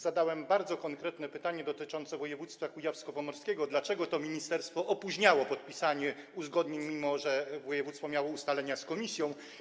Zadałem bardzo konkretne pytanie dotyczące województwa kujawsko-pomorskiego: Dlaczego to ministerstwo opóźniało podpisanie uzgodnień, mimo że województwo miało ustalenia z Komisją?